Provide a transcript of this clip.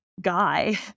guy